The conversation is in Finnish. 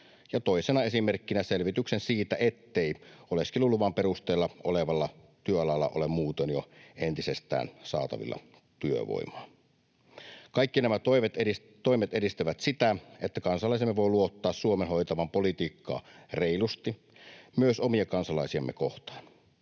ja toisena esimerkkinä selvitys siitä, ettei oleskeluluvan perusteella olevalla työalalla ole muutoin jo entisestään saatavilla työvoimaa. Kaikki nämä toimet edistävät sitä, että kansalaisemme voi luottaa Suomen hoitavan politiikkaa reilusti myös omia kansalaisiamme kohtaan.